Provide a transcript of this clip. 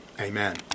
amen